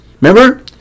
Remember